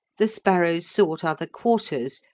the sparrows sought other quarters,